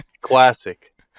Classic